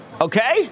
Okay